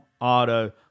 auto